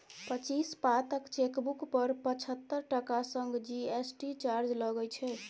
पच्चीस पातक चेकबुक पर पचहत्तर टका संग जी.एस.टी चार्ज लागय छै